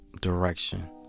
direction